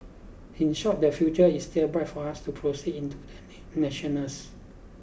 in short the future is still bright for us to proceed into the national's